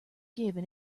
given